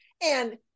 And-